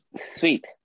sweet